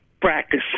Practice